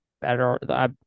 better